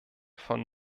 von